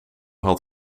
had